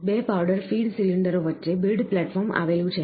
2 powder feed સિલિન્ડરો વચ્ચે build platform આવેલું છે